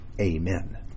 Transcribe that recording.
Amen